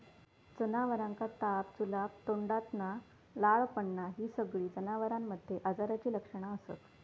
जनावरांका ताप, जुलाब, तोंडातना लाळ पडना हि सगळी जनावरांमध्ये आजाराची लक्षणा असत